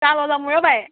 ꯆꯥ ꯂꯣꯜꯂꯝꯃꯨꯔꯣ ꯕꯥꯏ